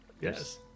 yes